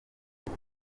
ati